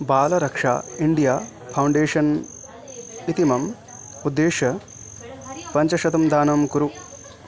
Balraksha India Foundation इति मम उद्दिश्य पञ्चशतं दानं कुरु